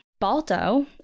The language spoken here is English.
Balto